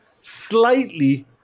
slightly